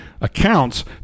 accounts